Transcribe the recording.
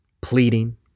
pleading